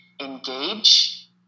engage